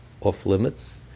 off-limits